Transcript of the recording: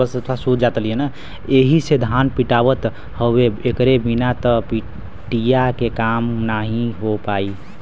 एही से धान पिटात हउवे एकरे बिना त पिटिया के काम नाहीं हो पाई